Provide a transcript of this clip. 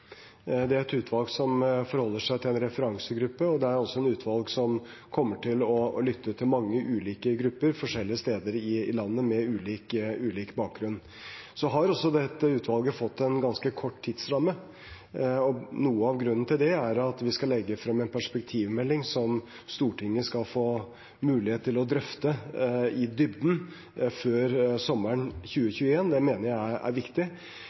Det er et utvalg som forholder seg til en referansegruppe. Det er et utvalg som kommer til å lytte til mange ulike grupper med ulik bakgrunn forskjellige steder i landet. Utvalget har fått ganske kort tidsramme. Noe av grunnen til det er at vi skal legge frem en perspektivmelding som Stortinget skal få mulighet til å drøfte i dybden før sommeren 2021. Det mener jeg er viktig. Jeg tror de fleste tar inn over seg at denne krisen ikke er